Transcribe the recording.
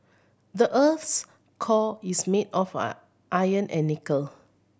the earth's core is made of an iron and nickel